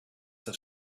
have